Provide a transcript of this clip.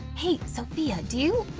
hey sophia do you